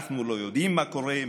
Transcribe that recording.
אנחנו לא יודעים מה קורה,